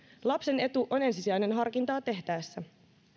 lapsen etu on ensisijainen harkintaa tehtäessä